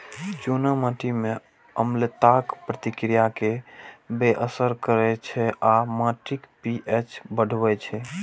चूना माटि मे अम्लताक प्रतिक्रिया कें बेअसर करै छै आ माटिक पी.एच बढ़बै छै